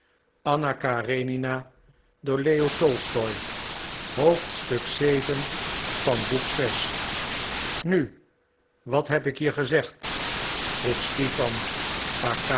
nu wat heb ik je gezegd vroeg